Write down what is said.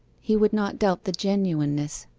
he would not doubt the genuineness,